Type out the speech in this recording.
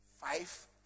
five